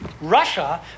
Russia